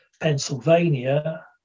Pennsylvania